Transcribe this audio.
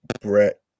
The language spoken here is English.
Brett